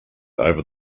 over